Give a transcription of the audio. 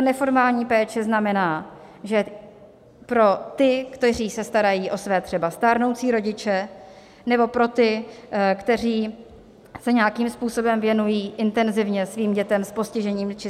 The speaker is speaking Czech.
Neformální péče znamená, že pro ty, kteří se starají třeba o své stárnoucí rodiče, nebo pro ty, kteří se nějakým způsobem věnují intenzivně svým dětem s postižením či